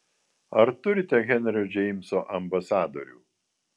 ar turite henrio džeimso ambasadorių